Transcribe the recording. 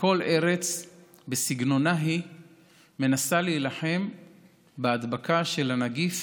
כל ארץ בסגנונה היא מנסה להילחם בהדבקה בנגיף